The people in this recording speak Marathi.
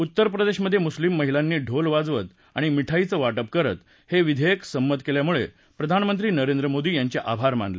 उत्तरप्रदेशमधे मुस्लीम महिलांनी ढोल वाजवत आणि मिठाईचं वाटप करत हे विधेयक संमत केल्यामुळे प्रधानमंत्री नरेंद्र मोदी यांचे आभार मानले